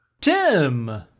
Tim